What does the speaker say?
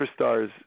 superstars